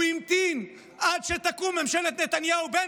הוא המתין עד שתקום ממשלת נתניהו-בן